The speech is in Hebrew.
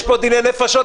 יש פה דיני נפשות,